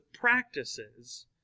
practices